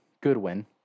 Goodwin